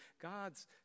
God's